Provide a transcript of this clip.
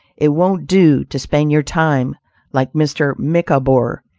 it won't do to spend your time like mr. micawber,